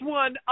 one